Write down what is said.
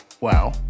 Wow